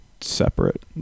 separate